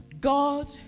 God